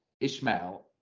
Ishmael